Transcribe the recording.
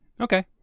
Okay